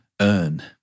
earn